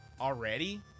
already